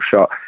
shot